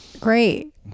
great